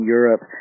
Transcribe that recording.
Europe